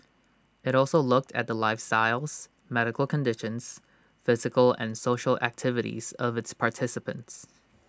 IT also looked at the lifestyles medical conditions physical and social activities of its participants